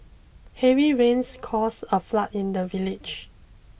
heavy rains caused a flood in the village